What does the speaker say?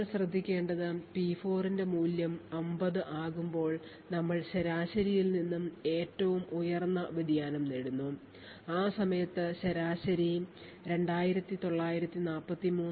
നമ്മൾ ശ്രദ്ധിക്കുന്നത് P4 ന്റെ മൂല്യം 50 ആകുമ്പോൾ ഞങ്ങൾ ശരാശരിയിൽ നിന്ന് ഏറ്റവും ഉയർന്ന വ്യതിയാനം നേടുന്നു ആ സമയത്തു ശരാശരി 2943